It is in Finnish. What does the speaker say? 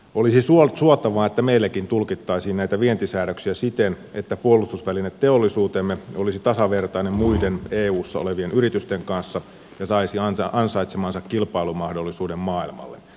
olisi suotavaa että meilläkin tulkittaisiin näitä vientisäädöksiä siten että puolustusvälineteollisuutemme olisi tasavertainen muiden eussa olevien yritysten kanssa ja saisi ansaitsemansa kilpailumahdollisuuden maailmalle